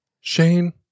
Shane